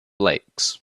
lakes